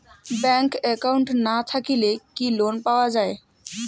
Bank account না থাকিলে কি লোন পাওয়া য়ায়?